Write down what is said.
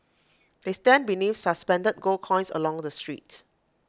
they stand beneath suspended gold coins along the street